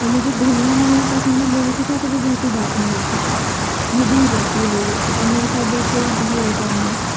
और मुझे घुलना मिलना पसंद है लोगों के साथ वो बिल्कुल बात नहीं करती वो दूर रहती है लोगों से और मेरे साथ बिल्कुल भी ऐसा नहीं है